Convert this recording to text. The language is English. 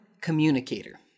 communicator